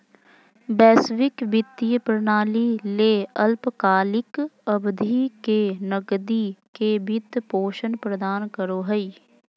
वैश्विक वित्तीय प्रणाली ले अल्पकालिक अवधि के नकदी के वित्त पोषण प्रदान करो हइ